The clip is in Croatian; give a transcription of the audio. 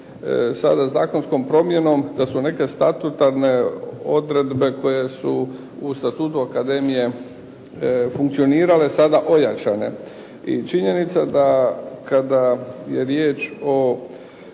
sada zakonskom promjenom da su neke statutarne odredbe koje su u statutu akademije funkcionirale sada ojačane i činjenica da kada je riječ o